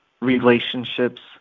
relationships